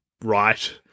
right